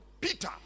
Peter